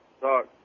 talk